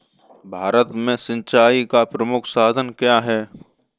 भारत में सिंचाई का प्रमुख साधन क्या है?